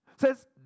says